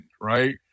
right